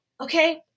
okay